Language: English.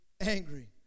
angry